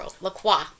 Lacroix